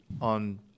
on